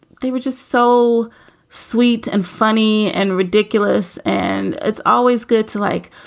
they were just so sweet and funny and ridiculous. and it's always good to, like,